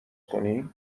کنی